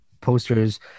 posters